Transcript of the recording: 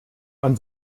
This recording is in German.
man